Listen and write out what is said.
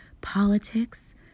politics